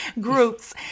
groups